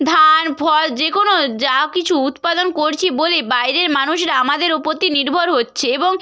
ধান ফল যে কোনো যা কিছু উৎপাদন করছি বলেই বাইরের মানুষরা আমাদেরও প্রতি নির্ভর হচ্ছে এবং